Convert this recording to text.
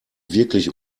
wirklich